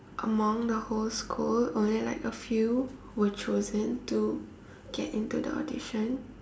among the whole school only like a few were chosen to get into the audition